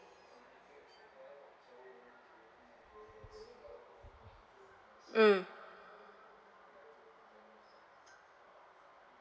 mm